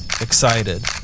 excited